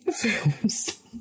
films